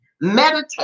meditate